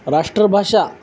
राष्ट्रभाषा